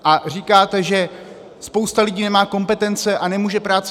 A říkáte, že spousta lidí nemá kompetence a nemůže práci sehnat.